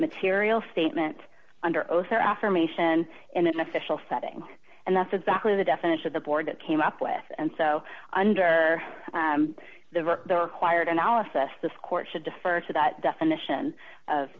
material statement under oath or affirmation in an official setting and that's exactly the definition of the board that came up with and so under the acquired analysis the court should defer to that definition of